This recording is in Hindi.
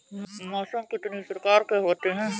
मौसम कितनी प्रकार के होते हैं?